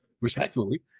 respectfully